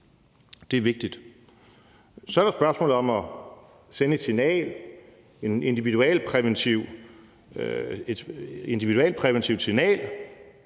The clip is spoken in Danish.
det er vigtigt. Så er der spørgsmålet om at sende et signal, et individualpræventivt signal,